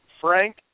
Frank